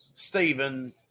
Stephen